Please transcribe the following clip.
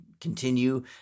continue